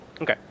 Okay